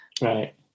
Right